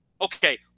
Okay